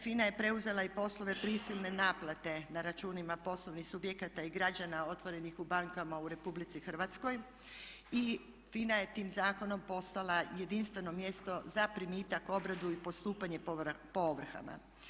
FINA je preuzela i poslove prisilne naplate na računima poslovnih subjekata i građana otvorenih u bankama u RH i FINA je tim zakonom postala jedinstveno mjesto za primitak, obradu i postupanje po ovrhama.